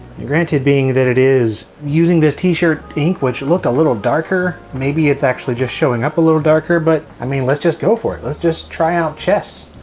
you're granted being that it is using this t-shirt ink which look a little darker, maybe it's actually just showing up a little darker but i mean let's just go for it. let's just try out chess.